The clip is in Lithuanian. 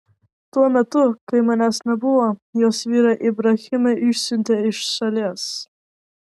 tuo metu kai manęs nebuvo jos vyrą ibrahimą išsiuntė iš šalies